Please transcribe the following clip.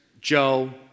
Joe